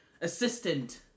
assistant